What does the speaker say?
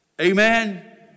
Amen